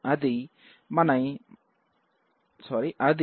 అది మన numDiff2